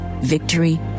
victory